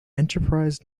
enterprise